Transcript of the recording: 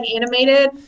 animated